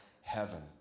heaven